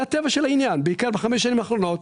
זה הטבע של העניין, בעיקר בחמש השנים האחרונות.